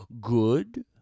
good